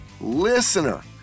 listener